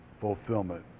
fulfillment